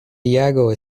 diego